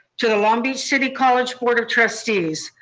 to the long beach city college board of trustees,